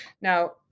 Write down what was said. Now